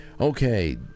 Okay